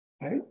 Right